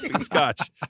scotch